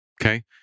Okay